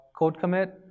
CodeCommit